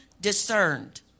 discerned